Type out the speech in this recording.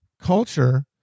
culture